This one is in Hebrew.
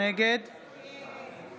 נגד